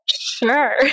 Sure